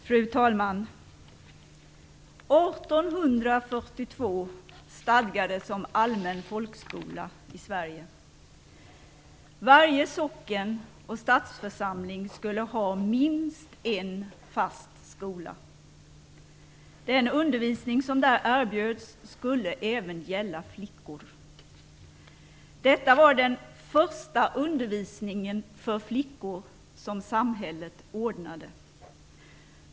Fru talman! År 1842 stadgades om allmän folkskola i Sverige. Varje socken och stadsförsamling skulle ha minst en fast skola. Den undervisning som där erbjöds skulle även gälla flickor. Detta var den första undervisningen för flickor som samhället ordnade.